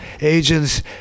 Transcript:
agents